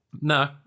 No